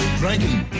drinking